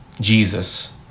Jesus